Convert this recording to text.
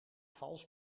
vals